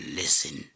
listen